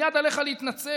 מייד עליך להתנצל.